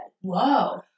Whoa